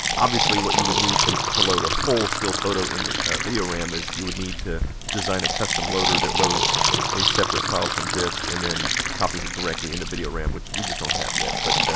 obviously what you would need to to load a whole still photo into video ram is you would need to design a custom loader that loads a separate file from disk and then copies it directly into video ram, which we just don't have yet. but,